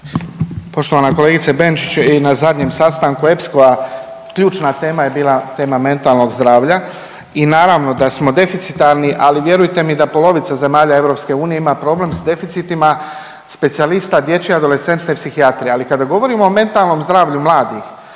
Poštovana kolegice Benčić i na zadnjem sastanku …/Govornik se ne razumije./… ključna tema je bila tema mentalnog zdravlja i naravno da smo deficitarni, ali vjerujte mi da polovica zemalja EU ima problem sa deficitima specijalista dječje adolescentne psihijatrije. Ali kada govorimo o mentalnom zdravlju mladih